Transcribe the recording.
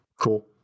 Cool